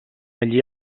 allí